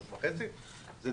3.5%. אנחנו לא שם.